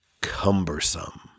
Cumbersome